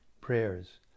Prayers